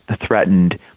threatened